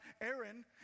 Aaron